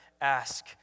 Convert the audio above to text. ask